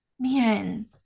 Man